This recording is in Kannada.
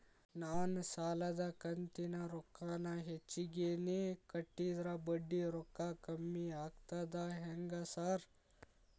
ನಾನ್ ಸಾಲದ ಕಂತಿನ ರೊಕ್ಕಾನ ಹೆಚ್ಚಿಗೆನೇ ಕಟ್ಟಿದ್ರ ಬಡ್ಡಿ ರೊಕ್ಕಾ ಕಮ್ಮಿ ಆಗ್ತದಾ ಹೆಂಗ್ ಸಾರ್?